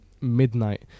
midnight